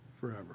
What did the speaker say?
forever